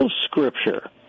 Scripture